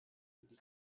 iryo